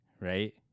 right